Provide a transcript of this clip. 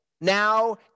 now